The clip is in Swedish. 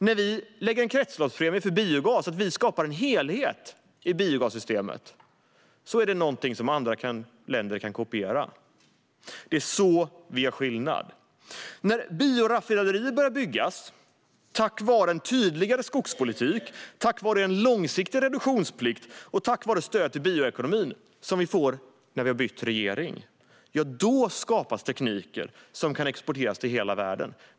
När vi lägger en kretsloppspremie för biogas och skapar en helhet i biogassystemet är det någonting som andra länder kan kopiera. Det är så vi gör skillnad. När bioraffinaderier börjar byggas tack vare en tydligare skogspolitik, tack vare en långsiktig reduktionsplikt och tack vare stöd till bioekonomin - som vi får när vi har bytt regering - skapas tekniker som kan exporteras till hela världen.